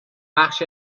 بخش